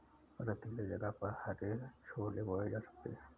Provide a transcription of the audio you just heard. रेतीले जगह पर हरे छोले बोए जा सकते हैं